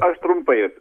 aš trumpai